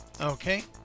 Okay